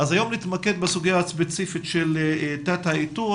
אז היום נתמקד בסוגיה הספציפית של תת האיתור